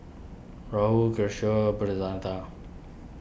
Rahul Kishore